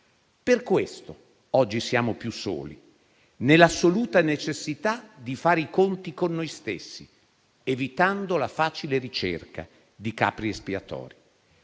Per questo oggi siamo più soli, nell'assoluta necessità di fare i conti con noi stessi, evitando la facile ricerca di capri espiatori.